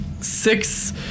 six